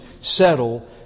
settle